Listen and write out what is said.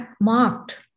marked